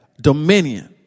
dominion